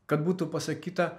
kad būtų pasakyta